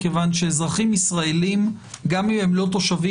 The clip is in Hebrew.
מכיוון שאזרחים ישראלים גם אם הם לא תושבים